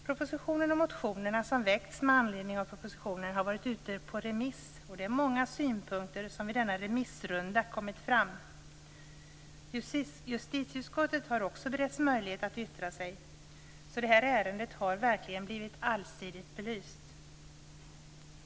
Propositionen och motionerna som väckts med anledning av propositionen har varit ute på remiss. Det är många synpunkter som vid denna remissrunda kommit fram. Justitieutskottet har också beretts möjlighet att yttra sig. Det här ärendet har verkligen blivit allsidigt belyst.